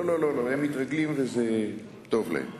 לא, הם מתרגלים וזה טוב להם.